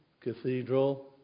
cathedral